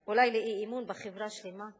אולי לאי-אמון בחברה שלמה.